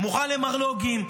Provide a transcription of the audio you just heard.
מוכן למרלו"גים,